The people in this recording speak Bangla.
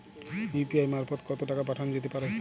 ইউ.পি.আই মারফত কত টাকা পাঠানো যেতে পারে?